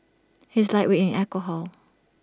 he is A lightweight in alcohol